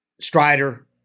Strider